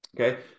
Okay